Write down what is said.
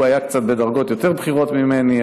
הוא היה בדרגות קצת יותר בכירות ממני,